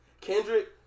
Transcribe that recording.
Kendrick